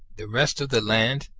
the rest of the land,